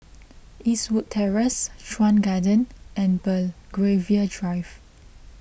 Eastwood Terrace Chuan Garden and Belgravia Drive